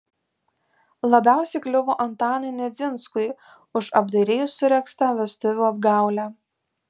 labiausiai kliuvo antanui nedzinskui už apdairiai suregztą vestuvių apgaulę